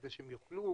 כדי שהם יוכלו